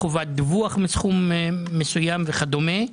חובת דיווח מסכום מסוים וכדומה,